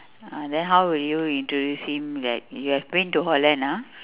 ah then how will you introduce him that you have been to holland ah